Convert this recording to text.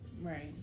Right